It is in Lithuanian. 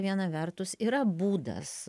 viena vertus yra būdas